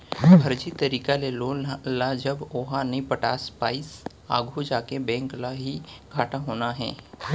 फरजी तरीका के लोन ल जब ओहा नइ पटा पाइस आघू जाके बेंक ल ही घाटा होना हे